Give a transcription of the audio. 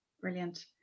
brilliant